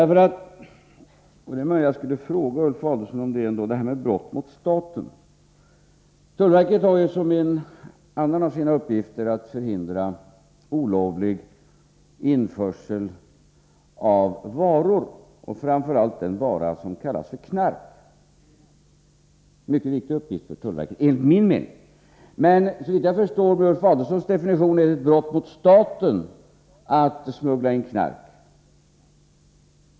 Jag kanske ändå skulle fråga Ulf Adelsohn om detta med brott mot staten. Tullverket har som en annan av sina uppgifter att förhindra olovlig införsel av varor, och framför allt den vara som kallas knark. Det är en mycket viktig uppgift för tullverket, enligt min mening. Såvitt jag förstår är det med Ulf Adelsohns definition ett brott mot staten att smuggla in knark.